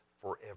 forever